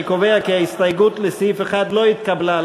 אני קובע כי ההסתייגות לסעיף 1 לא התקבלה.